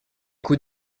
coups